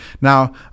Now